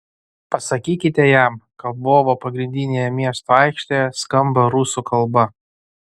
pasakykite jam kad lvovo pagrindinėje miesto aikštėje skamba rusų kalba